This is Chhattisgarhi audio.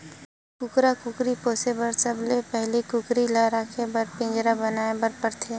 कुकरा कुकरी पोसे बर सबले पहिली कुकरी ल राखे बर पिंजरा बनाए बर परथे